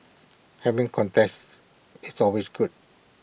having contests is always good